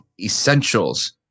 essentials